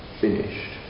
finished